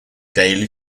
daily